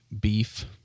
beef